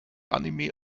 anime